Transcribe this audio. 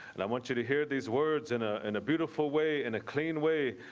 and i want you to hear these words in ah and a beautiful way in a clean way.